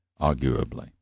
arguably